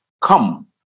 come